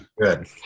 Good